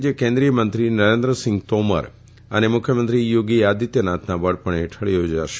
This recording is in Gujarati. જે કેન્દ્રિય મંત્રી નરેન્દ્રસિંઘ તોમર અને મુખ્યમંત્રી થોગી આદિત્યનાથના વડપણ હેઠળ થોજાશે